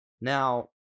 Now